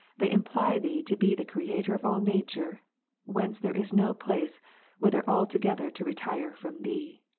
they imply thee to be the creator of all nature whence there is no place whither altogether to retire from thee.